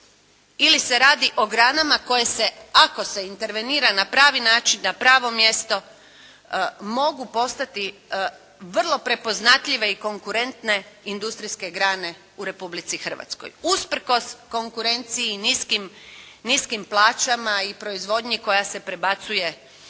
ili se radi o granama koje se ako se intervenira na pravi način, na pravo mjesto mogu postati vrlo prepoznatljive i konkurentne industrijske grane u Republici Hrvatskoj usprkos konkurenciji i niskim plaćama i proizvodnji koja se prebacuje na